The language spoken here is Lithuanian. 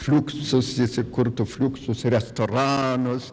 fliuksus įsikurtų fliuksus restoranas